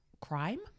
crime